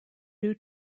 due